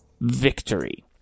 victory